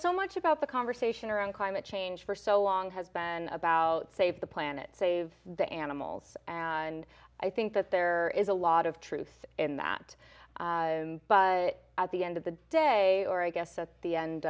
so much about the conversation around climate change for so long has been about save the planet save the animals and i think that there is a lot of truth in that but at the end of the day or i guess at the end